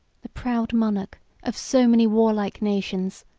the proud monarch of so many warlike nations,